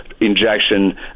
injection